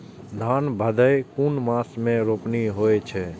धान भदेय कुन मास में रोपनी होय छै?